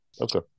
Okay